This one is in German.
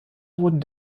wurden